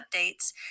updates